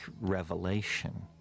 revelation